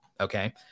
okay